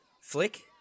Flick